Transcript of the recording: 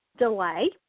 delay